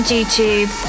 YouTube